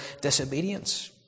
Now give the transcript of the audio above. disobedience